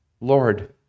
Lord